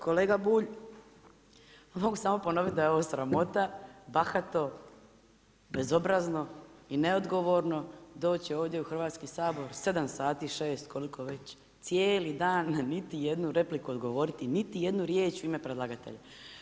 Kolega Bulj, mogu samo ponoviti da je ovo sramota, bahato, bezobrazno i neodgovorno doći ovdje u Hrvatski sabor, 7 sati, 6 koliko već, cijeli dan na niti jednu repliku odgovoriti, niti jednu riječ u ime predlagatelja.